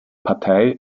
partei